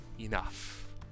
enough